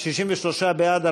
63 בעד,